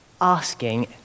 asking